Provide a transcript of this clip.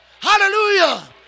Hallelujah